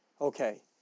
okay